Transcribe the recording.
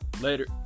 Later